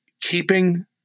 keeping